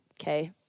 Okay